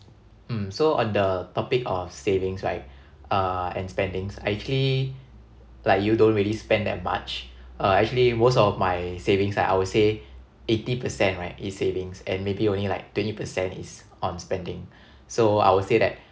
mm so on the topic of savings right uh and spendings I actually like you don't really spend that much uh actually most of my savings like I would say eighty percent right is savings and maybe only like twenty percent is on spending so I will say that